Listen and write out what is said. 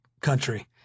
country